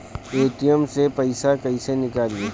ATM से पइसा कइसे निकली?